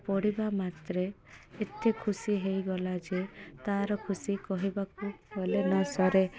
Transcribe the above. ପଢ଼ିବା ମାତ୍ରେ ଏତେ ଖୁସି ହେଇଗଲା ଯେ ତାର ଖୁସି କହିବାକୁ ଗଲେ ନସରେ